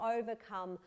overcome